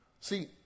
See